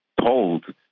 told